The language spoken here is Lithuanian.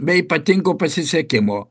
be ypatingo pasisekimo